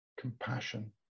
compassion